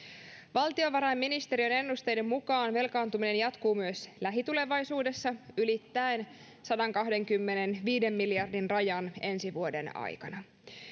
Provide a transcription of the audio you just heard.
valtiovarainministeriön ennusteiden mukaan velkaantuminen jatkuu myös lähitulevaisuudessa ylittäen sadankahdenkymmenenviiden miljardin rajan ensi vuoden aikana